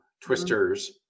Twisters